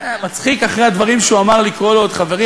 מצחיק אחרי הדברים שהוא אמר לקרוא לו עוד "חברי",